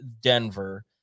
Denver